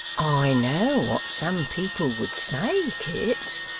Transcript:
i know what some people would say, kit